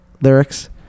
lyrics